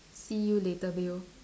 see you later Bill